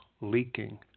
leaking